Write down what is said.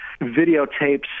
videotapes